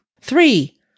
Three